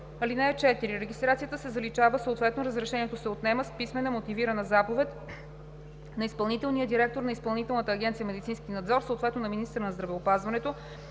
ал. 2. (4) Регистрацията се заличава, съответно разрешението се отнема, с писмена мотивирана заповед на изпълнителния директор на Изпълнителна агенция „Медицински надзор“, съответно на министъра на здравеопазването,